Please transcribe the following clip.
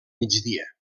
migdia